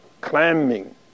climbing